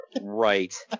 Right